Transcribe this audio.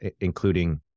including